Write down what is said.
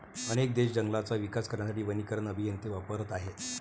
अनेक देश जंगलांचा विकास करण्यासाठी वनीकरण अभियंते वापरत आहेत